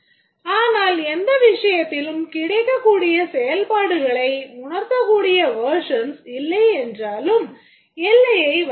ஆனால் எந்த விஷயத்திலும் கிடைக்கக்கூடிய செயல்பாடுகளை உணர்த்தக்கூடிய versions இல்லை என்றாலும் எல்லையை வரையலாம்